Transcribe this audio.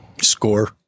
Score